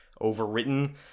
overwritten